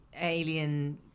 alien